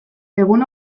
egun